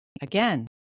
again